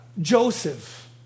Joseph